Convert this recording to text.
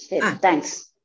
thanks